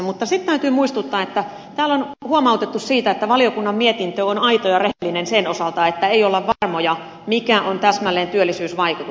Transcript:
mutta sitten täytyy muistuttaa että täällä on huomautettu siitä että valiokunnan mietintö on aito ja rehellinen sen osalta että ei olla varmoja mikä on täsmällinen työllisyysvaikutus